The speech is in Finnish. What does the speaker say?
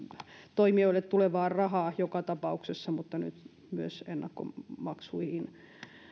toimijoille tulevaa rahaa joka tapauksessa mutta nyt myös ennakkomaksuihin